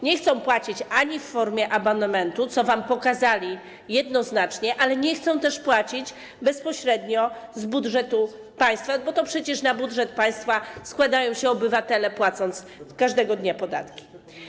Nie chcą płacić ani w formie abonamentu, co wam pokazali jednoznacznie, ale nie chcą też płacić bezpośrednio z budżetu państwa, bo to przecież na budżet państwa składają się obywatele, płacąc każdego dnia podatki.